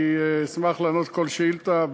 אני אשמח לענות על כל שאילתה,